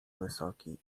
wysoki